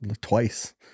twice